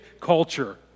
culture